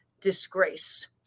disgrace